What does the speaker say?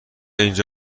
اینجا